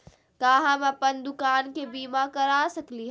का हम अप्पन दुकान के बीमा करा सकली हई?